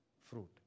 fruit